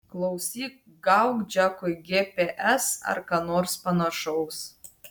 klausyk gauk džekui gps ar ką nors panašaus